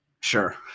Sure